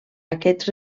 aquests